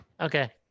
okay